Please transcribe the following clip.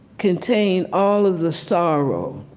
contained all of the sorrow